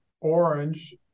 Orange